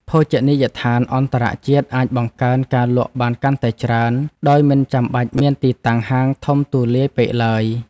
ភោជនីយដ្ឋានអន្តរជាតិអាចបង្កើនការលក់បានកាន់តែច្រើនដោយមិនចាំបាច់មានទីតាំងហាងធំទូលាយពេកឡើយ។